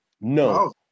No